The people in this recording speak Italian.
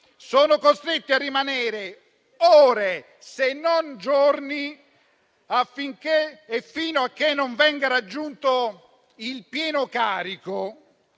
siano costrette a rimanervi ore, se non giorni, fino a quando non venga raggiunto il pieno carico?